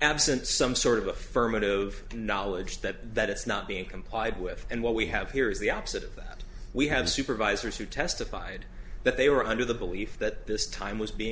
absent some sort of affirmative knowledge that that it's not being complied with and what we have here is the opposite that we have supervisors who testified that they were under the belief that this time was being